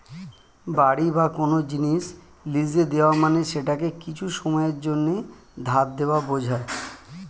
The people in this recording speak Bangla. বাড়ি বা কোন জিনিস লীজে দেওয়া মানে সেটাকে কিছু সময়ের জন্যে ধার দেওয়া বোঝায়